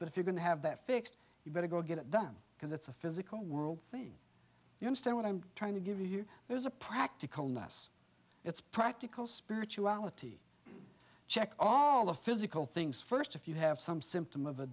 but if you're going to have that fixed you better go get it done because it's a physical world thing you understand what i'm trying to give you there's a practical ness it's practical spirituality check all of physical things first if you have some symptom of